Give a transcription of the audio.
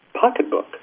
pocketbook